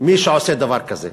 מי שעושה דבר כזה.